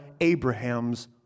Abraham's